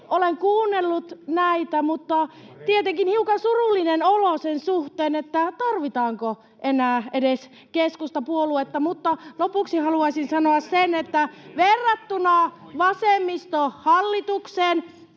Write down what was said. kuunnellut näitä, mutta tietenkin on hiukan surullinen olo sen suhteen, tarvitaanko edes enää keskustapuoluetta. Lopuksi haluaisin sanoa sen, että verrattuna vasemmistohallitukseen